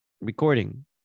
recording